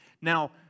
Now